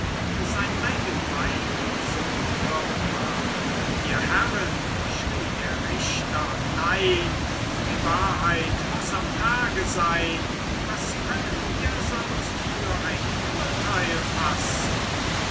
sein eigen weib zu hören war ihr herren schrie der richter nein die wahrheit muß am tage sein was können wir sonst für ein urteil fassen